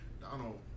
Donald